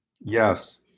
Yes